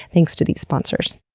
thanks to these sponsors